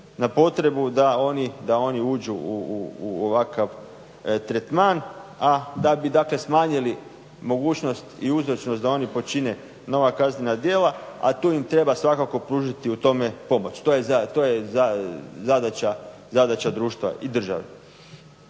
na potrebu da oni uđu u ovakav tretman, a da bi smanjili mogućnost i uzročnost da oni počine nova kaznena djela, a tu im treba svakako pružiti u tome pomoć. To je zadaća društva i države